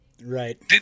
Right